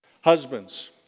Husbands